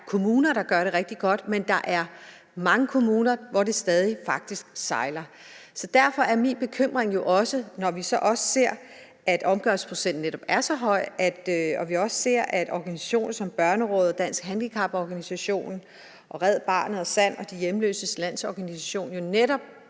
der gør det rigtig godt, men der er mange kommuner, hvor det faktisk stadig sejler. Derfor har jeg jo også en bekymring, når vi så også ser, at omgørelsesprocenterne netop er så høje, og vi også ser, at organisationer som Børnerådet, Danske Handicaporganisationer, Red Barnet og SAND De hjemløses Landsorganisation jo netop